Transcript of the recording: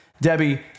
debbie